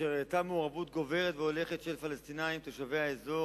אשר הראתה מעורבות גוברת והולכת של פלסטינים תושבי האזור,